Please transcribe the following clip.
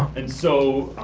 and so,